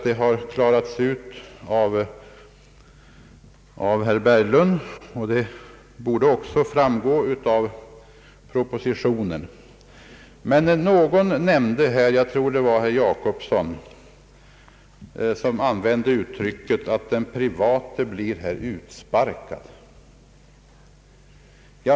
De har klarats ut av herr Berglund, och de borde också framså av propositionen. Jag tror att det var herr Jacobsson som använde uttrycket att den private blir utsparkad.